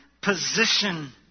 position